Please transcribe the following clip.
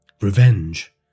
Revenge